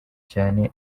cyane